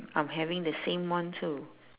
I'm having the same one too